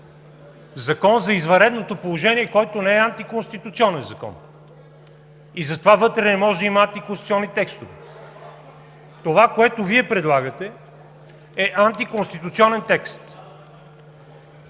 Закон за извънредното положение, който не е антиконституционен закон и затова вътре не може да има антиконституционни текстове. Това, което Вие предлагате, е антиконституционен текст.